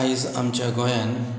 आयज आमच्या गोंयान